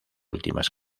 últimas